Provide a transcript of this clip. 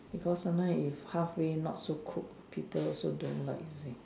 because sometimes if halfway not so cooked people also don't like you see